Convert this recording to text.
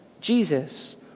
Jesus